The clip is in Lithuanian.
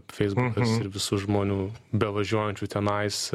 feisbukas ir visų žmonių be važiuojančių tenais